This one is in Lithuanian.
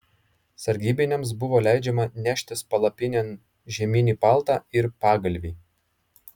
sargybiniams buvo leidžiama neštis palapinėn žieminį paltą ir pagalvį